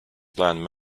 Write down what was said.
planned